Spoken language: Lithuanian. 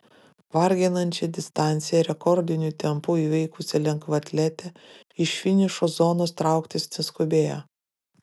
varginančią distanciją rekordiniu tempu įveikusi lengvaatletė iš finišo zonos trauktis neskubėjo